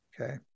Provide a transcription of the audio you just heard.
Okay